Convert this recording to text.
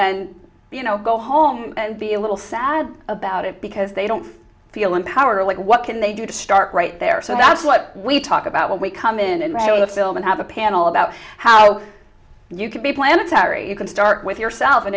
and you know go home and be a little sad about it because they don't feel empowered or like what can they do to start right there so that's what we talk about when we come in and read the film and have a panel about how you can be planetary you can start with yourself and